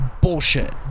bullshit